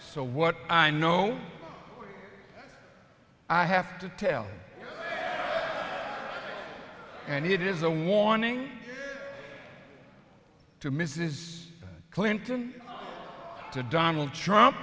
so what i know i have to tell and it is a warning to mrs clinton to donald trump